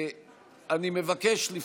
אני מבקש לומר,